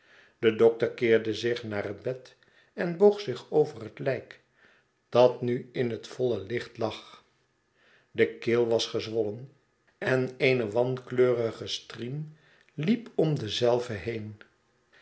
de dokter keerde zich naar het bed en boog zich over het lijk dat nu in het voile licht lag de keel was gezwollen en eene wankleurige striem liep om dezelve heen